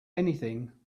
anything